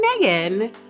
megan